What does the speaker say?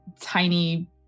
tiny